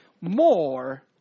more